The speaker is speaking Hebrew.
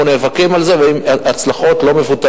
אנחנו נאבקים על זה וההצלחות לא מבוטלות,